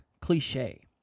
cliche